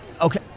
Okay